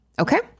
okay